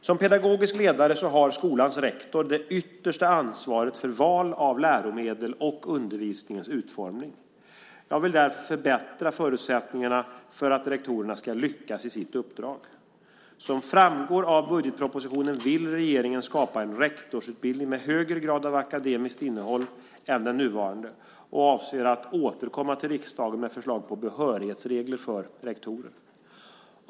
Som pedagogisk ledare har skolans rektor det yttersta ansvaret för val av läromedel och undervisningens utformning. Jag vill därför förbättra förutsättningarna för att rektorerna ska lyckas i sitt uppdrag. Som framgår av budgetpropositionen vill regeringen skapa en rektorsutbildning med högre grad av akademiskt innehåll än den nuvarande och avser att återkomma till riksdagen med förslag på behörighetsregler för rektorer.